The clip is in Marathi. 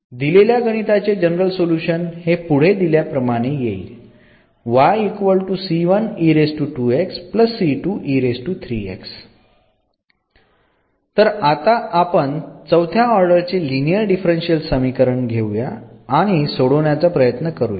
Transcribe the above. दिलेल्या गणिताचे जनरल सोल्युशन हे पुढे दिल्याप्रमाणे येईल तर आता आपण चौथ्या ऑर्डर चे लिनियर डिफरन्शियल समीकरण घेऊयात आणि सोडण्याचा प्रयत्न करूयात